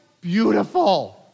Beautiful